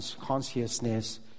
consciousness